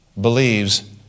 believes